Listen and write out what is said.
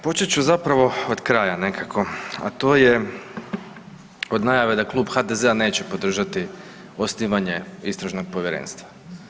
Počet ću zapravo od kraja nekako, a to je od najave da Klub HDZ-a neće podržati osnivanje Istražnog povjerenstva.